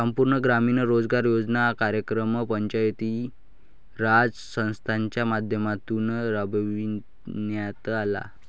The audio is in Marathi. संपूर्ण ग्रामीण रोजगार योजना कार्यक्रम पंचायती राज संस्थांच्या माध्यमातून राबविण्यात आला